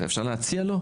אפשר להציע לו,